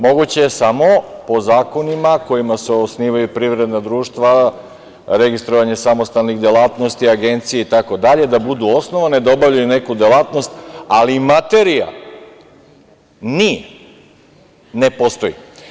Moguće je samo po zakonima kojima se osnivaju privredna društva, registrovanje samostalnih delatnosti, agencija itd. da budu osnovane, da obavljaju neku delatnost, ali materija nije, ne postoji.